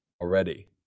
already